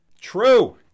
true